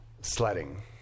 sledding